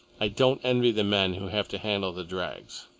i don't envy the men who have to handle the drags.